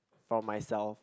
for myself